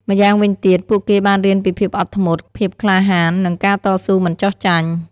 ម្យ៉ាងវិញទៀត ពួកគេបានរៀនពីភាពអត់ធ្មត់ ភាពក្លាហាន និងការតស៊ូមិនចុះចាញ់។